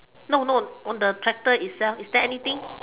no no on the tractor itself is there anything